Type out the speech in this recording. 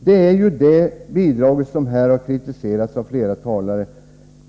Det är ju det bidraget som här har kritiserats av flera talare